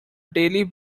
daily